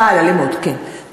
אה, על אלימות, כן.